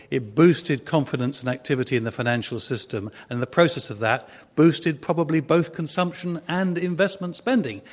it boosted confidence and activity in the financial system. and the process of that boosted probably both consumption and investment spending.